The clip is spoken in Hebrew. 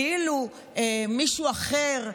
כאילו מישהו אחר,